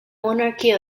monarchy